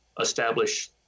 establish